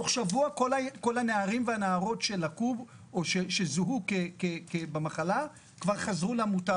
תוך שבוע כל הנערים והנערות שזוהו כחולים כבר חזרו למוטב,